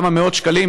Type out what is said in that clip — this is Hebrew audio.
כמה מאות שקלים,